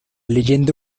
leyenda